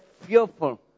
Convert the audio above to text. fearful